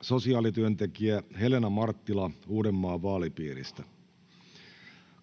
sosiaalityöntekijä Helena Marttila Uudenmaan vaalipiiristä,